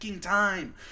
Time